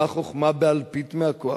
מה החוכמה באלפית מהכוח?